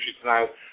tonight